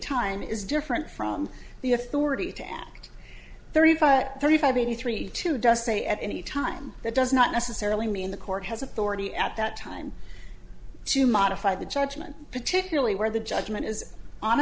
time is different from the authority to act thirty five thirty five eighty three to just say at any time that does not necessarily mean the court has authority at that time to modify the judgment particularly where the judgment is on